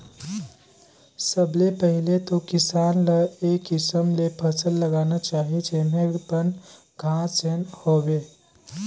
सबले पहिले तो किसान ल ए किसम ले फसल लगाना चाही जेम्हे बन, घास झेन होवे